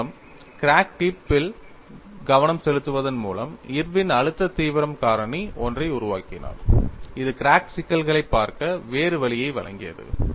மறுபுறம் crack tip field கவனம் செலுத்துவதன் மூலம் இர்வின் அழுத்த தீவிரம் காரணி ஒன்றை உருவாக்கினார் இது கிராக் சிக்கலைப் பார்க்க வேறு வழியை வழங்கியது